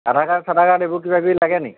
আধাৰ card চাধাৰ card এইবোৰ কিবাকিবি লাগে নি